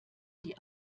die